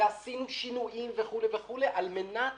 ועשינו שינויים על מנת